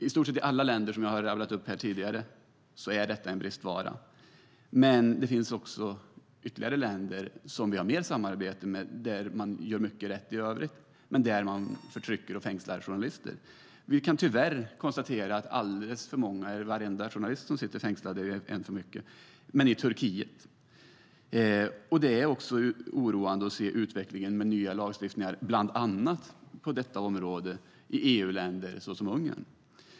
I stort sett i alla länder som jag rabblade upp tidigare är detta en bristvara, men det finns ytterligare länder som vi har mer samarbete med där man gör mycket rätt i övrigt men där man förtrycker och fängslar journalister. Vi kan tyvärr konstatera att det är alldeles för många i Turkiet, men varenda journalist som sitter fängslad är en för mycket. Det är också oroande att se utvecklingen med nya lagstiftningar bland annat på detta område i ett EU-land som Ungern.